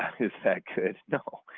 um is that good? no.